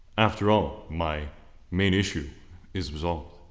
after all. my main issue is resolved.